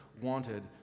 wanted